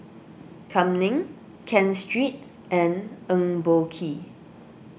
Kam Ning Ken Seet and Eng Boh Kee